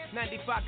95